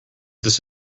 this